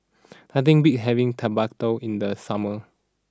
nothing beats having Tekkadon in the summer